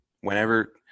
Whenever –